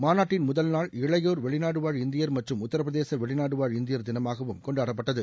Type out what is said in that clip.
மாநாட்டின் முதல் நாள் இளையோர் வெளிநாடுவாழ் இந்தியர் மற்றும் உத்தரப்பிரதேச வெளிநாடுவாழ் இந்தியர் தினமாகவும் கொண்டாடப்பட்டது